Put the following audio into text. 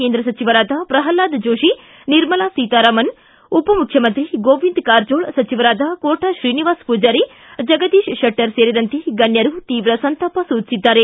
ಕೇಂದ್ರ ಸಚಿವರಾದ ಪ್ರಹ್ಲಾದ್ ಜೋಶಿ ನಿರ್ಮಲಾ ಸೀತಾರಾಮನ್ ಉಪಮುಖ್ಯಮಂತ್ರಿ ಗೋವಿಂದ್ ಕಾರಜೋಳ್ ಸಚಿವರಾದ ಕೋಟಾ ಶ್ರೀನಿವಾಸ್ ಪೂಜಾರಿ ಜಗದೀಶ್ ಶೆಟ್ಟರ್ ತೀವ್ರ ಸಂತಾಪ ವ್ಯಕ್ತಪಡಿಸಿದ್ದಾರೆ